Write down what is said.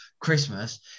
Christmas